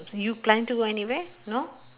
you plan to go anywhere no